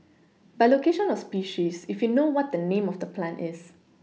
by location or species if you know what the name of the plant is